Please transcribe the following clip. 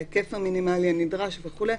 בהיקף המינימלי הנדרש וכו',